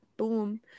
boom